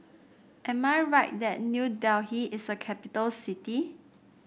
am I right that New Delhi is a capital city